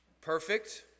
Perfect